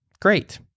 great